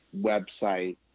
website